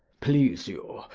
please you,